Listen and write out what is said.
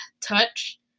touch